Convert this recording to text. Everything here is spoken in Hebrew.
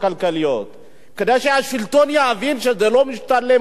כדאי שהשלטון יבין שזה לא משתלם לו,